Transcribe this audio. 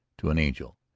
to an angel.